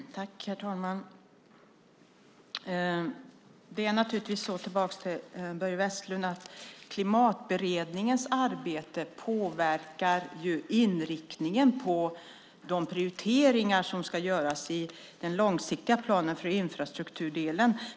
Herr talman! Det är naturligtvis så, för att svara Börje Vestlund, att Klimatberedningens arbete påverkar inriktningen på de prioriteringar som ska göras i den långsiktiga planen för infrastrukturdelen.